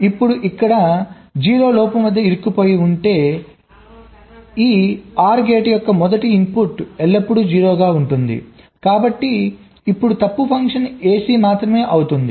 ఇప్పుడు ఇక్కడ 0 లోపం వద్ద ఇరుక్కుపోయి ఉంటే కాబట్టి ఈ OR గేట్ యొక్కమొదటి ఇన్పుట్ ఎల్లప్పుడూ 0 గా ఉంటుంది కాబట్టి ఇప్పుడు తప్పు ఫంక్షన్ AC మాత్రమే అవుతుంది